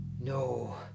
No